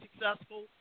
successful